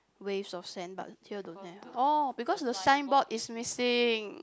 waves of sand but here don't have orh because the signboard is missing